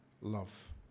love